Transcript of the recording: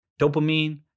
Dopamine